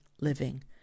living